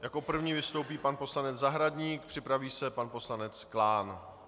Jako první vystoupí pan poslanec Zahradník, připraví se pan poslanec Klán.